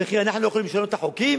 וכי אנחנו לא יכולים לשנות את החוקים?